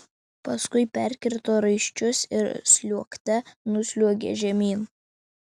paskui perkirto raiščius ir sliuogte nusliuogė žemyn